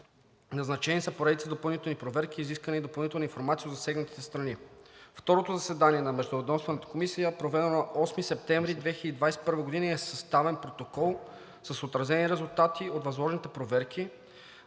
Назначени са поредица допълнителни проверки и е изискана допълнителна информация от засегнатите страни. Второто заседание на Междуведомствената комисия е проведено на 8 септември 2021 г. и е съставен протокол с отразени резултати от възложените проверки,